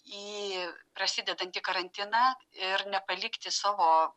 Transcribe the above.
į prasidedantį karantiną ir nepalikti savo